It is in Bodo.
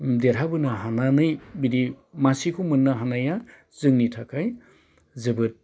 देरहाबोनो हानानै दिनै मासिखौ मोननो हानाया जोंनि थाखाय जोबोद